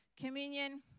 Communion